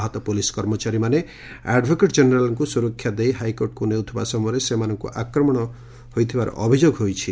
ଆହତ ପୋଲିସ୍ କର୍ମଚାରୀମାନେ ଆଡ୍ଭୋକେଟ୍ ଜେନେରାଲ୍ଙ୍କୁ ସୁରକ୍ଷା ଦେଇ ହାଇକୋର୍ଟକୁ ନେଉଥିବା ସମୟରେ ସେମାନଙ୍କୁ ଆକ୍ରମଣ ହୋଇଥିବା ଅଭିଯୋଗ ହୋଇଛି